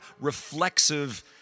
reflexive